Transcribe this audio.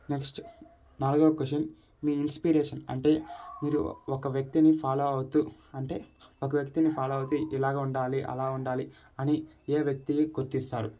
next నాలుగో question మీ inspiration అంటే మీరు ఒక వ్యక్తిని ఫాలో అవుతూ అంటే ఒక వ్యక్తిని ఫాలో అవుతూ ఇలా ఉండాలి అలా ఉండాలి అని ఏ వ్యక్తిని గుర్తిస్తారు